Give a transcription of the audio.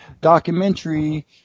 documentary